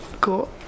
cool